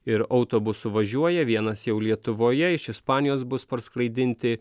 ir autobusų važiuoja vienas jau lietuvoje iš ispanijos bus parskraidinti